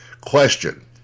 Question